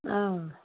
অ